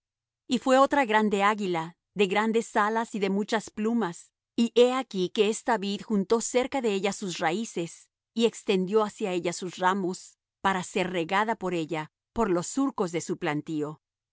y fué otra grande águila de grandes alas y de muchas plumas y he aquí que esta vid juntó cerca de ella sus raíces y extendió hacia ella sus ramos para ser regada por ella por los surcos de su plantío